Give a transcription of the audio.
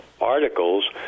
articles